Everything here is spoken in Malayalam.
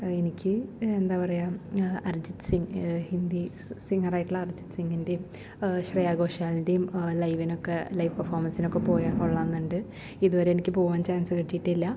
എനിക്ക് എന്താ പറയുക അറിജിത് സിംഗ് ഹിന്ദി സിംഗറായിട്ടുള്ള അറിജിത് സിംഗിൻ്റെയും ശ്രേയ ഘോഷാലിൻ്റെയും ലൈവിനൊക്കെ ലൈവ് പെർഫോമൻസിനൊക്കെ പോയാൽ കൊള്ളാമെന്നുണ്ട് ഇതുവരെ എനിക്ക് പോവാൻ ചാൻസ് കിട്ടിയിട്ടില്ല